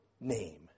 name